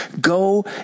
go